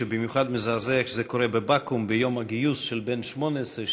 שבמיוחד מזעזע כשזה קורה בבקו"ם ביום הגיוס של בן 18,